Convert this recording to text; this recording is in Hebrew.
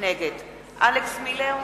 נגד אלכס מילר,